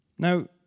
Now